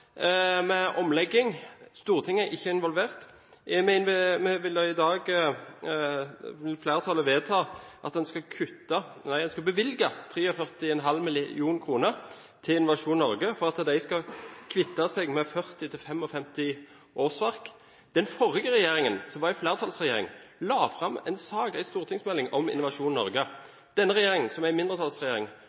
med omlegging. Stortinget er ikke involvert. I dag vil flertallet vedta at en skal bevilge 43,5 mill. kr til Innovasjon Norge for at de skal kvitte seg med 40–55 årsverk. Den forrige regjeringen, som var en flertallsregjering, la fram en sak, en stortingsmelding, om Innovasjon Norge. Denne regjeringen, som er en mindretallsregjering,